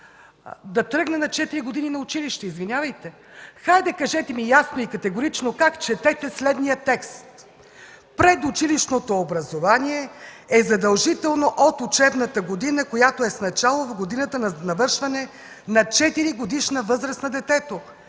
да тръгне на четири години на училище. Извинявайте, хайде, кажете ми ясно и категорично как четете следния текст: „Предучилищното образование е задължително от учебната година, която е с начало в годината на навършване на четиригодишна възраст на детето”